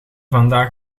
vandaag